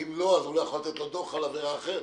ואם לא, הוא לא יכול לתת לו דוח על עבירה אחרת.